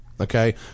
Okay